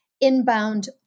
inbound